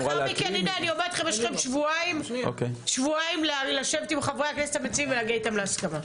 יש לכם שבועיים לשבת עם חברי הכנסת המציעים ולהגיע איתם להסכמה.